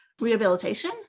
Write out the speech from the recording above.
rehabilitation